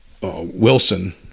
Wilson